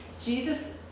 Jesus